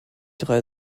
drei